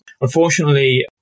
Unfortunately